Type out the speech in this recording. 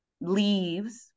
leaves